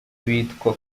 bitwa